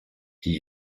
die